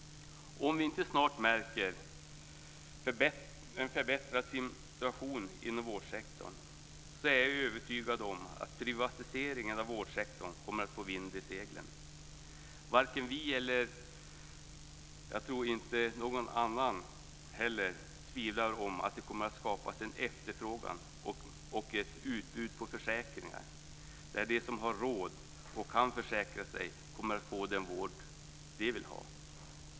Om vi inte snart märker en förbättrad situation inom vårdsektorn är jag övertygad om att privatiseringen av vårdsektorn kommer att få vind i seglen. Varken vi eller jag tror inte någon annan heller tvivlar på att det kommer att skapas en efterfrågan och ett utbud på försäkringar där de som har råd och kan försäkra sig kommer att få den vård de vill ha.